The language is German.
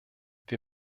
wir